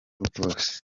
rwose